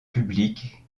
public